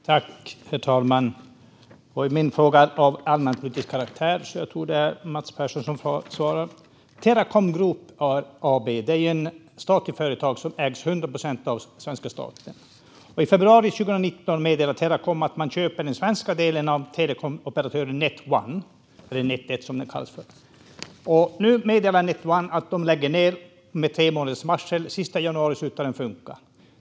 Herr talman! Min fråga är av en allmänpolitisk karaktär, så jag tror att det blir Mats Persson som svarar. Teracom Group AB är ett statligt företag som ägs till 100 procent av svenska staten. I februari 2019 meddelade Teracom att man köper den svenska delen av telekomoperatören Net1. Nu meddelar Net1 att de lägger ned med tre månaders varsel. Den 31 januari slutar den funka.